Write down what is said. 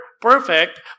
perfect